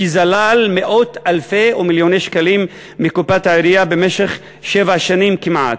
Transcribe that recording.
שזלל מאות אלפים ומיליוני שקלים מקופת העירייה במשך שבע שנים כמעט.